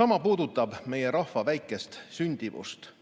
Sama puudutab meie rahva väikest sündimust.